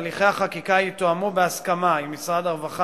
הליכי החקיקה יתואמו בהסכמה עם משרד הרווחה,